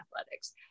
athletics